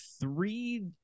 three